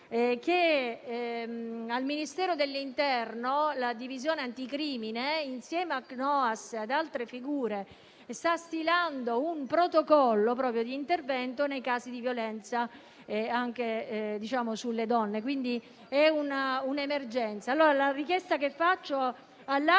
che al Ministero dell'interno la Divisione anticrimine, insieme al CNOAS e ad altre figure, sta stilando un protocollo di intervento nei casi di violenza anche sulle donne. È un'emergenza.